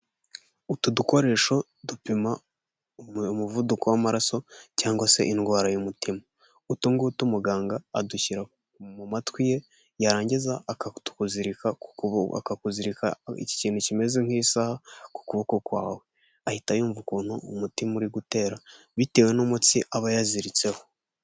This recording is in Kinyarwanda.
Utu dukoresho dupima umuvuduko w'amaraso cyangwa se indwara y'umutima, utu ngutu umuganga adushyira mu matwi ye yarangiza akatuzirika akakuzirika ikintu kimeze nk'isaha ku kuboko kwawe ahita yumva ukuntu umutima uri gutera bitewe n'umutsi aba yaziritseho.